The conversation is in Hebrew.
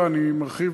אני לא ביקרתי